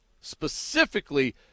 specifically